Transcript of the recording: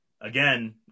again